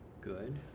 Good